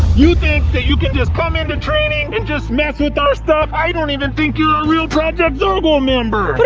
you think that you can just come into training, and just mess with our stuff? i don't even think you're zorgo member! what